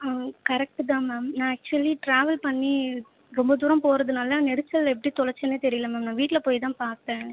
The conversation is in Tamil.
கரெக்ட்டு தான் மேம் நான் அக்சுவலி ட்ராவல் பண்ணி ரொம்ப தூரம் போகிறதுனால நெரிசலில் எப்படி தொலைச்சனே தெரியலை மேம் நான் வீட்டில் போய் தான் பார்த்தேன்